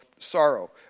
sorrow